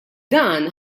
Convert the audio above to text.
dan